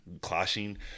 clashing